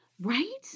right